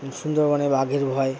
সুন্দরবনে বাঘের ভয়